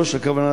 יו"ש, הכוונה